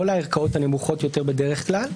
לא לערכאות הנמוכות יותר בדרך כלל,